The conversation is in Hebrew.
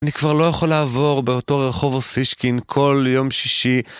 אני כבר לא יכול לעבור באותו רחוב אוסישקין כל יום שישי.